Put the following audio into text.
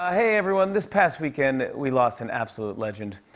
ah hey, everyone. this past weekend, we lost an absolute legend.